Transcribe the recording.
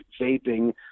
vaping